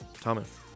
Thomas